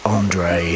Andre